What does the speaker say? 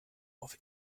auf